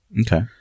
Okay